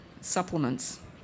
supplements